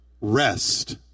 rest